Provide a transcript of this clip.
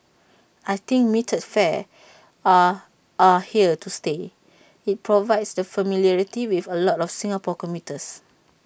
I think metered fares are are here to stay IT provides that familiarity with A lot of Singapore commuters